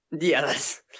Yes